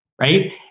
right